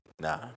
Nah